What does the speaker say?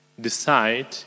decide